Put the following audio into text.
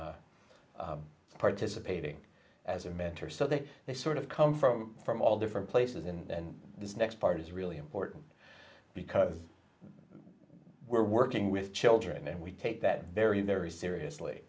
participating as a mentor so that they sort of come from from all different places in this next part is really important because we're working with children and we take that very very seriously